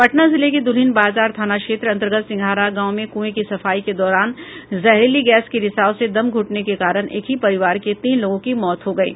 पटना जिले के दुल्हिन बाजार थाना क्षेत्र अंतर्गत सिंघाड़ा गांव में कुंए की सफाई के दौरान जहरीली गैस के रिसाव से दम घुटने के कारण एक ही परिवार के तीन लोगों की मौत हो गयी